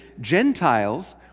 Gentiles